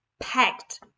packed